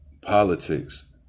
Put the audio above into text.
politics